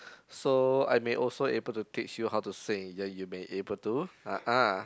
so I may also able to teach you how to sing ya you may able to